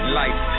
life